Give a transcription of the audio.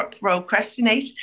procrastinate